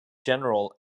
general